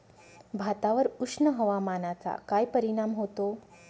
भातावर उष्ण हवामानाचा काय परिणाम होतो?